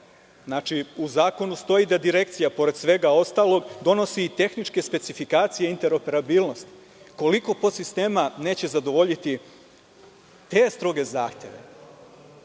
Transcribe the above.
– u zakonu stoj da Direkcija pored svega ostalog donosi i tehničke specifikacije interoparabilnost? Koliko podsistema neće zadovoljiti te stroge zahteve? Kako